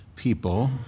people